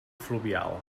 fluvial